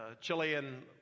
Chilean